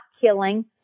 killing